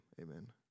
amen